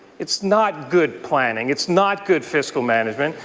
it's not good planning, it's not good fiscal management.